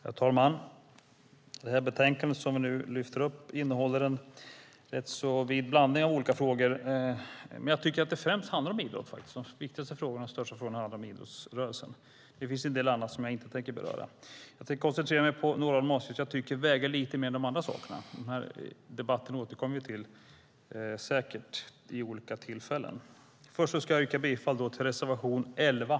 Herr talman! Det betänkande som vi nu lyfter fram innehåller en rätt vid blandning av olika frågor, men jag tycker att det främst handlar om idrott. De viktigaste och största frågorna handlar om idrottsrörelsen. Det finns en del annat som jag inte tänker beröra. Jag tänker koncentrera mig på några av de avsnitt som jag tycker väger lite mer än de andra sakerna. Vi återkommer säkert till den här debatten vid olika tillfällen. Först ska jag yrka bifall till reservation 11.